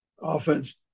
offense